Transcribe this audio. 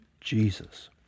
Jesus